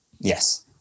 Yes